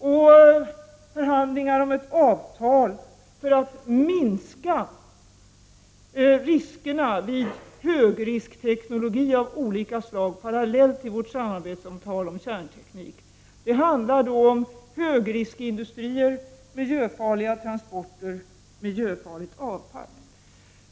Vi skall föra förhandlingar om ett avtal för att minska riskerna vid högriskteknologi av olika slag parallellt med vårt samarbete om kärnteknik. Det handlar om högriskindustrier, miljöfarliga transporter och miljöfarligt avfall.